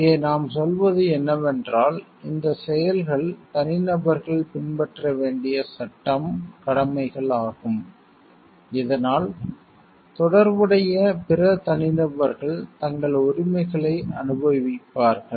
இங்கே நாம் சொல்வது என்னவென்றால் இந்த செயல்கள் தனிநபர்கள் பின்பற்ற வேண்டிய சட்டம் கடமைகள் ஆகும் இதனால் தொடர்புடைய பிற தனிநபர்கள் தங்கள் உரிமைகளை அனுபவிப்பார்கள்